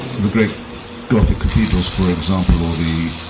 the great gothic cathedrals for example or the,